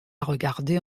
regarder